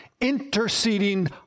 interceding